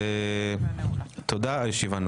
אני מחדש את ישיבת ועדת הכנסת.